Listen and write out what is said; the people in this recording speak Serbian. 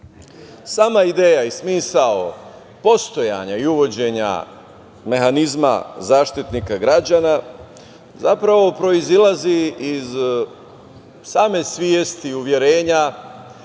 ideja i smisao postojanja i uvođenja mehanizma Zaštitnika građana, zapravo proizilazi iz same svesti uverenja